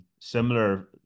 similar